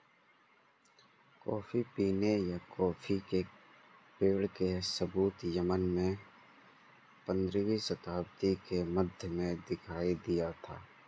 coffee पीने या coffee के पेड़ के सबूत यमन में पंद्रहवी शताब्दी के मध्य में दिखाई दिया था